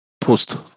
post